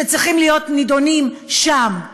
שצריכים להיות נדונים שם.